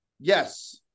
Yes